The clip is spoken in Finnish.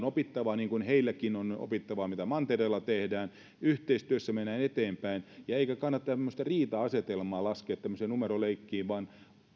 opittavaa niin kuin heilläkin on opittavaa mitä mantereella tehdään yhteistyössä mennään eteenpäin eikä kannata tämmöistä riita asetelmaa laskea tämmöiseen numeroleikkiin vaan